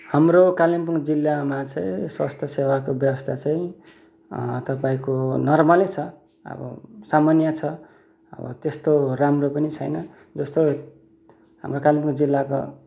हाम्रो कालिम्पोङ जिल्लामा चाहिँ स्वास्थ्य सेवाको व्यवस्था चाहिँ तपाईँको नर्मलै छ अब सामान्य छ अब त्यस्तो राम्रो पनि छैन त्यस्तो हाम्रो कालिम्पोङ जिल्लाको